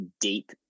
deep